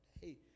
hey